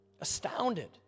Astounded